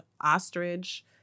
ostrich